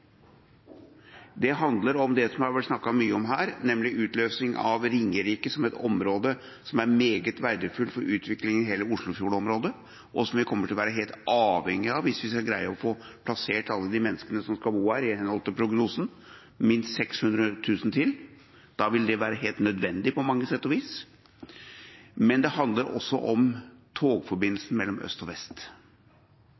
Det handler om det som det har vært snakket mye om her, nemlig utløsing av Ringerike som et område som er meget verdifullt for utviklinga i hele Oslofjordområdet, og som vi kommer til å være helt avhengige av hvis vi skal greie å få plassert alle de menneskene som skal bo her i henhold til prognosen – minst 600 000 til. Da vil det være helt nødvendig på mange sett og vis. Men det handler også om togforbindelsen mellom øst og vest.